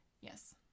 Yes